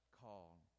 call